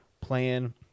playing